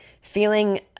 feeling